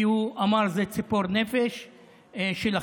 כי הוא אמר: זאת ציפור נפש שלכם.